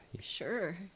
sure